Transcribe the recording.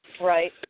Right